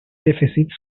deficits